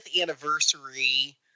anniversary